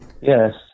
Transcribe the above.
Yes